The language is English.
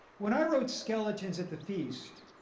when i wrote skeletons at the feast,